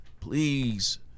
please